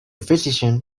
physician